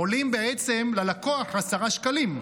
עולים בעצם ללקוח 10 שקלים.